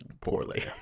poorly